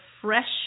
fresh